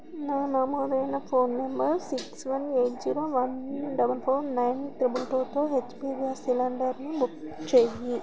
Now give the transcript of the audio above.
నా నమోదైన phone number six one eight zero one double four nine triple టూతో HP gas సిలిండర్ని book చెయ్యి